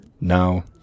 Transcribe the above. Now